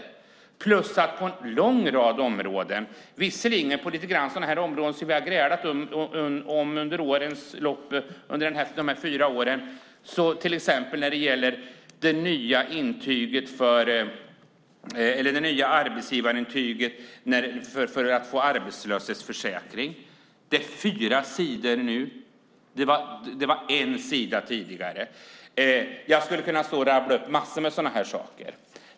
Krånglet finns på en lång rad områden, varav många som vi har grälat om under de här fyra åren, till exempel det nya arbetsgivarintyget för att få arbetslöshetsförsäkring. Det är fyra sidor nu. Det var en sida tidigare. Jag skulle kunna stå och rabbla upp en massa sådana saker.